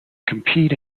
compete